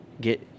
get